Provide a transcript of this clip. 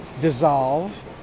dissolve